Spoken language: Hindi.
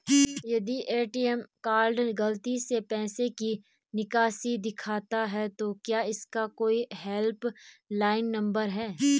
यदि ए.टी.एम कार्ड गलती से पैसे की निकासी दिखाता है तो क्या इसका कोई हेल्प लाइन नम्बर है?